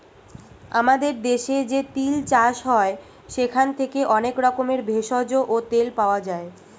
আমাদের দেশে যে তিল চাষ হয় সেখান থেকে অনেক রকমের ভেষজ ও তেল পাওয়া যায়